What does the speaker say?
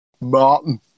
martin